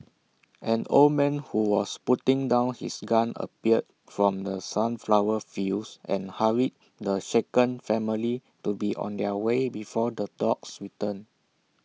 an old man who was putting down his gun appeared from the sunflower fields and hurried the shaken family to be on their way before the dogs return